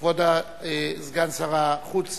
כבוד סגן שר החוץ,